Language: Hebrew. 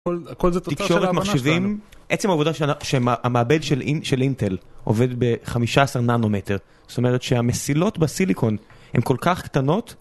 תקשורת מחשבים, עצם העובדה שהמעבד של אינטל עובד ב-15 ננומטר, זאת אומרת שהמסילות בסיליקון הן כל כך קטנות